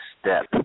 step